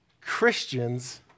Christians